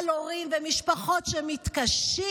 בהורים ומשפחות שמתקשים.